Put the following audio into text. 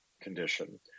condition –